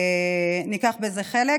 וניקח בזה חלק,